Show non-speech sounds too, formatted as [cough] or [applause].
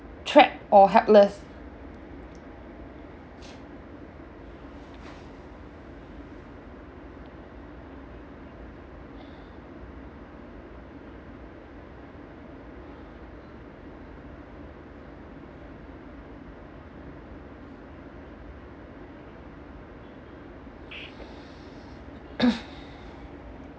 trapped or helpless [coughs]